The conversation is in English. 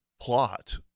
plot